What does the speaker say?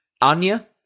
Anya